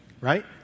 Right